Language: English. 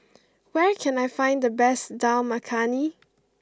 where can I find the best Dal Makhani